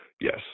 yes